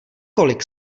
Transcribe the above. kolik